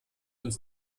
uns